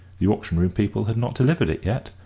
the auction-room people had not delivered it yet,